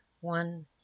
one